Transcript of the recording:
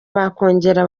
bakongera